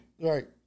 Right